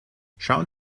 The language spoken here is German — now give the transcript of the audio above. schauen